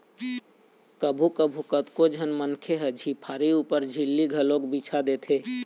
कभू कभू कतको झन मनखे ह झिपारी ऊपर झिल्ली घलोक बिछा देथे